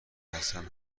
حسن